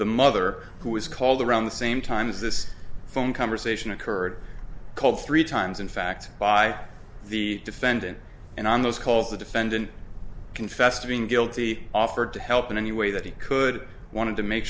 the mother who was called around the same time as this phone conversation occurred called three times in fact by the defendant and on those calls the defendant confessed to being guilty offered to help in any way that he could wanted to make